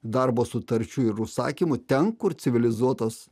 darbo sutarčių ir užsakymų ten kur civilizuotos